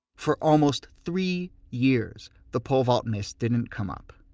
for almost three years, the pole vault miss didn't come up.